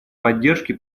поддержки